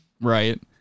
Right